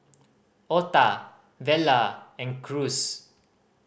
Ota Vela and Cruz